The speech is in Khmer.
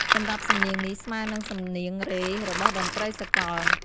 សំរាប់សំនៀងនេះស្មើនឹងសំនៀងរ៉េ របស់តន្ដ្រីសាកល។